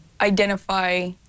identify